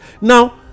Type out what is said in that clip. Now